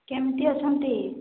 କେମିତି ଅଛନ୍ତି